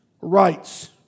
rights